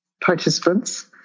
participants